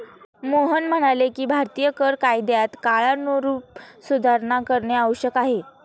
मोहन म्हणाले की भारतीय कर कायद्यात काळानुरूप सुधारणा करणे आवश्यक आहे